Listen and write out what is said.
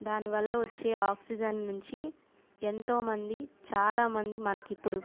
దాని వల్ల వచ్చే ఆక్సిజన్ నుంచి ఎంతో మంది చాలా మంది మనకిప్పుడు